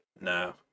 No